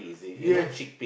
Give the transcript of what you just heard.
yes